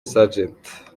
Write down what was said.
sgt